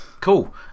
Cool